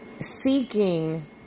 seeking